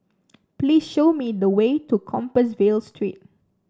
please show me the way to Compassvale Street